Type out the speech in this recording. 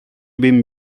bin